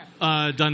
done